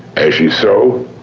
as ye sow,